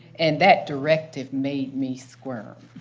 and that directive made me squirm.